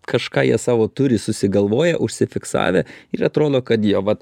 kažką jie savo turi susigalvoję užsifiksavę ir atrodo kad jo vat